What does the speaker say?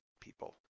people